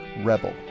Rebel